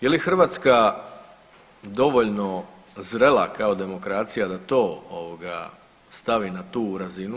Je li Hrvatska dovoljno zrela kao demokracija da to stavi na tu razinu?